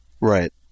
Right